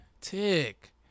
tick